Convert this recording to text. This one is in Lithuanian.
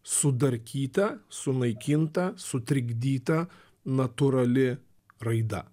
sudarkyta sunaikinta sutrikdyta natūrali raida